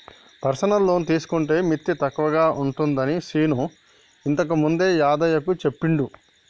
personal loan తీసుకుంటే మిత్తి తక్కువగా ఉంటుందని శీను ఇంతకుముందే యాదయ్యకు చెప్పిండు